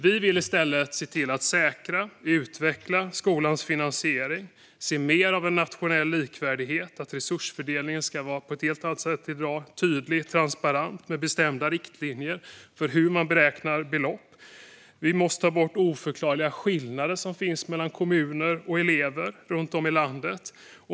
Vi vill i stället se till att säkra och utveckla skolans finansiering. Vi vill se mer nationell likvärdighet. Resursfördelningen ska på ett helt annat sätt än i dag vara tydlig och transparent, med bestämda riktlinjer för hur man beräknar belopp. Vi måste få bort de oförklarliga skillnader som finns mellan kommuner och mellan elever runt om i landet.